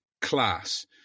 class